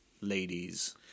ladies